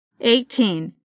Eighteen